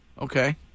okay